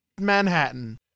Manhattan